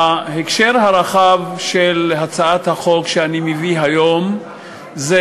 ההקשר הרחב של הצעת החוק שאני מביא היום זה